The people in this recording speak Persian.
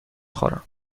خورم